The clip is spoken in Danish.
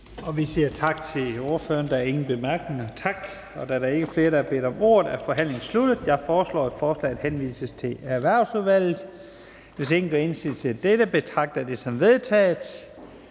Vi siger tak til ordføreren. Der er ingen korte bemærkninger. Da der ikke er flere, der har bedt om ordet, er forhandlingen sluttet. Jeg foreslår, at forslaget til folketingsbeslutning henvises til Erhvervsudvalget. Hvis ingen gør indsigelse, betragter jeg det som vedtaget.